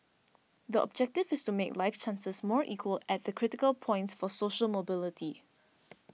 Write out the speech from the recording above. the objective is to make life chances more equal at the critical points for social mobility